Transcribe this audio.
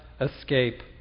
escape